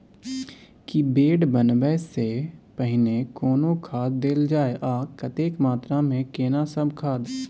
की bed बनबै सॅ पहिने कोनो खाद देल जाय आ कतेक मात्रा मे केना सब खाद?